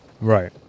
Right